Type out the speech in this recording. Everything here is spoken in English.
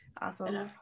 awesome